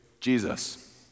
Jesus